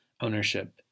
Ownership